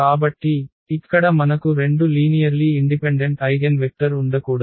కాబట్టి ఇక్కడ మనకు రెండు లీనియర్లీ ఇండిపెండెంట్ ఐగెన్వెక్టర్ ఉండకూడదు